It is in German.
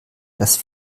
das